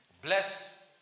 Blessed